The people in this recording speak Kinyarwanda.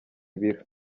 ibiro